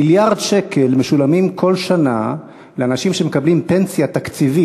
מיליארד שקל משולמים כל שנה לאנשים שמקבלים פנסיה תקציבית.